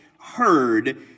heard